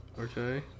Okay